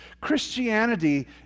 Christianity